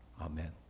Amen